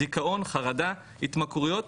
דיכאון חרדה התמכרויות,